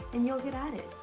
and you'll get added.